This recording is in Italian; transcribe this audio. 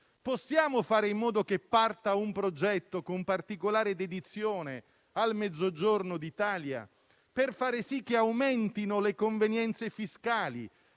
possiamo fare in modo che parta un progetto con particolare dedizione al Mezzogiorno d'Italia per fare sì che aumentino le convenienze fiscali